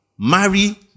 Marry